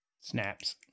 Snaps